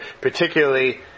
Particularly